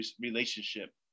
relationship